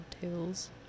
tails